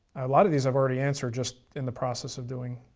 a lot of these i've already answered just in the process of doing.